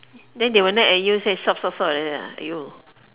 then they will nag at you say stop stop stop like that ah !aiyo!